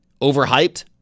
overhyped